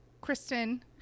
Kristen